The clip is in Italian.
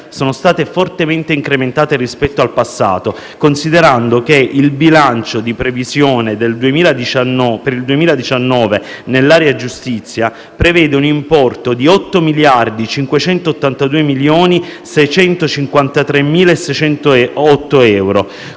sono state fortemente incrementate rispetto al passato considerando che il bilancio di previsione per il 2019 nell'area giustizia prevede un importo di 8.582.653.608 euro,